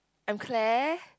I'm Claire